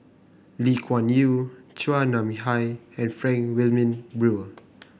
Lee Kuan Yew Chua Nam Hai and Frank Wilmin Brewer